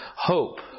hope